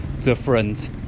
different